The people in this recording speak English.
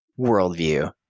worldview